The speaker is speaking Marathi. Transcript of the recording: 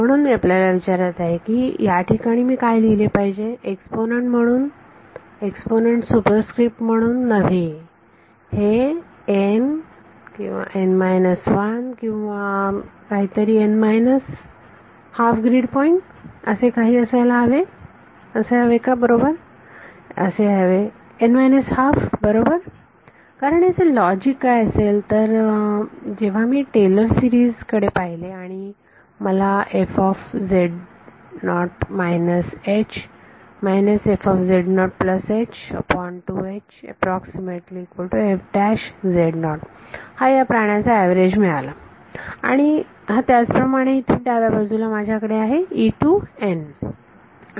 म्हणून मी आपल्याला विचारत आहे की याठिकाणी मी काय लिहिले पाहिजे एक्सपोनन्ट म्हणून एक्सपोनन्ट सुपरस्क्रिप्ट म्हणून नव्हे हे n n 1 किंवा काहीतरी n हाफ ग्रीड पॉईंट असे काही असायला हवे का बरोबर हे असायला हवे n 12 बरोबर कारण ह्याचे लॉजिक काय असेल तर जेव्हा मी टेलर सिरीज Taylor's series कडे पाहिले आणि मला हा या प्राण्याचा एवरेज मिळाला आणि हा त्याचप्रमाणे इथे डाव्या बाजूला माझ्याकडे आहे आणि